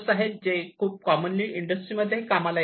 आहे जे जे खूपच कॉमनली इंडस्ट्री मध्ये कामाला येते